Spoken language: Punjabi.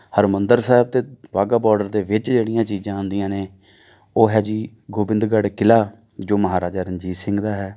ਹਰਿਮੰਦਰ ਸਾਹਿਬ ਅਤੇ ਵਾਹਗਾ ਬੋਡਰ ਦੇ ਵਿੱਚ ਜਿਹੜੀਆਂ ਚੀਜ਼ਾਂ ਆਉਂਦੀਆਂ ਨੇ ਉਹ ਹੈ ਜੀ ਗੋਬਿੰਦਗੜ੍ਹ ਕਿਲ੍ਹਾ ਜੋ ਮਹਾਰਾਜਾ ਰਣਜੀਤ ਸਿੰਘ ਦਾ ਹੈ